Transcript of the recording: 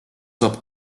saab